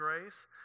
grace